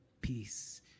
peace